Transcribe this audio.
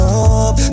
up